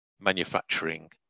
manufacturing